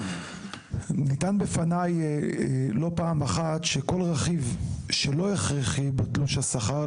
נטען בפניי לא פעם אחת שכל רכיב שלא הכרחי בתלוש השכר,